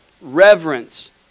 Reverence